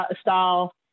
style